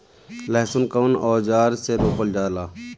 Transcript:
लहसुन कउन औजार से रोपल जाला?